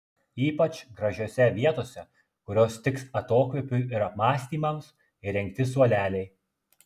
ypač gražiose vietose kurios tiks atokvėpiui ir apmąstymams įrengti suoleliai